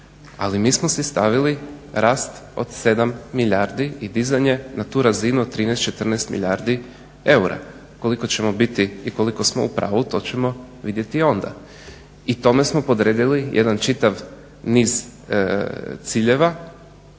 Ali mi smo si stavili rast od 7 milijardi i dizanje na tu razinu od 13, 14 milijardi eura. Koliko ćemo biti i koliko smo u pravu to ćemo vidjeti onda. I tome smo podredili jedan čitav niz ciljeva